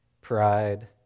pride